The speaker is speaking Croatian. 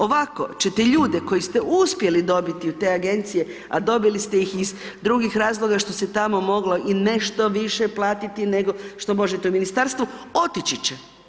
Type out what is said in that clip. Ovako ćete ljude koje ste uspjeli dobiti u te agencije, a dobili ste ih drugih razloga što se tamo moglo i nešto više platiti nego što možete u ministarstvu, otići će.